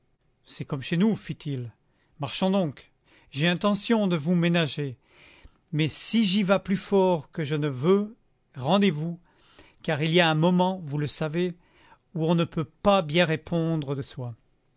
c'est comme chez nous fit-il marchons donc j'ai intention de vous ménager mais si j'y vas plus fort que je ne veux rendez-vous car il y a un moment vous le savez où on ne peut pas bien répondre de soi